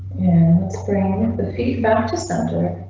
let's bring the feedback to center.